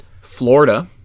Florida